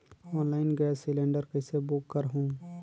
Online gas cylinder कइसे book करहु?